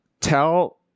Tell